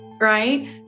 right